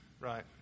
Right